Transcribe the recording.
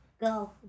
go